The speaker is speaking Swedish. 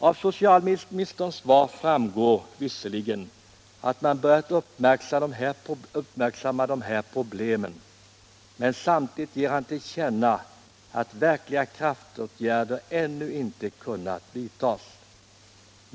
Av socialministerns svar framgår visserligen att man börjat uppmärksamma de här problemen, men samtidigt ger han till känna att verkliga kraftåtgärder ännu inte kunnat vidtas.